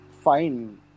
fine